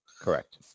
Correct